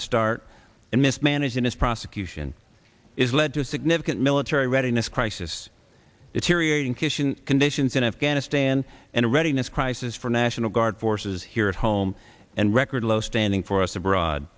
the start and mismanaged in his prosecution is led to significant military readiness crisis that syrian kishan conditions in afghanistan and a readiness crisis for national guard forces here at home and record low standing for us abroad